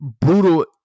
Brutal